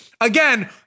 Again